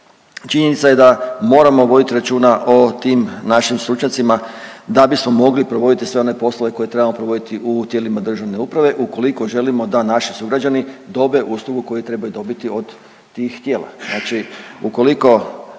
Činjenica je da moramo voditi računa o tim našim stručnjacima da bismo mogli provoditi sve one poslove koje trebamo provoditi u tijelima državne uprave, ukoliko želimo da naši sugrađani dobe uslugu koju trebaju dobiti od tih tijela.